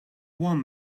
one